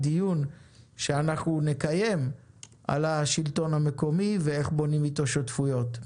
דיון שאנחנו נקיים על השלטון המקומי ואיך בונים אתו שותפויות.